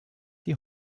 die